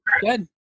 good